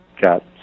got